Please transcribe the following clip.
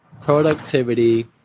productivity